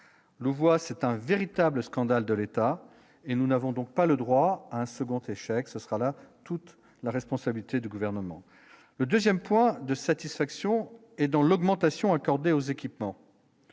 voit, c'est un véritable scandale de l'État et nous n'avons donc pas le droit à un second échec, ce sera la toute la responsabilité du gouvernement le 2ème point de satisfaction, et dans l'augmentation accordée aux équipements,